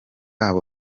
abo